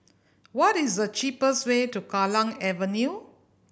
what is the cheapest way to Kallang Avenue